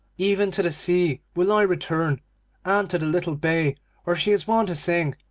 even to the sea will i return, and to the little bay where she is wont to sing,